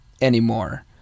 anymore